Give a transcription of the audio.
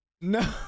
No